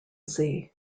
sea